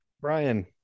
Brian